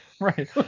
Right